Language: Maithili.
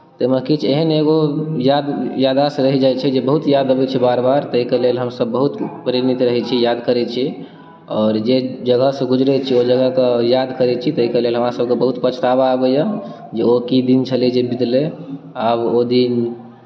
ताहिमे किछु एहन एगो याद याददाश्त रहि जाइ छै जे बहुत याद अबैत छै बार बार ताहिके लेल हमसभ बहुत प्रेरित रहैत छी याद करैत छी आओर जे जगहसँ गुजरैत छी ओ जगहकेँ याद करैत छी ताहिके लेल हमरासभके बहुत पछतावा अबैए जे ओ की दिन छलै जे बितलै आब ओ दिन